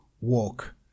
walk